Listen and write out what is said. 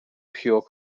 pure